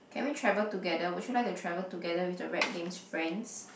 can we travel together would you like to travel together with the rec games friends